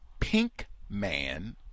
Pinkman